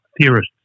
theorists